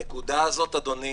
הנקודה הזאת, אדוני,